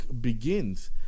begins